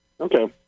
Okay